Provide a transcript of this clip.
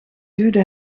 duwde